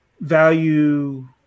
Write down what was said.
value